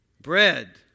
Bread